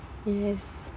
yes